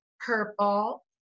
purple